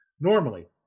Normally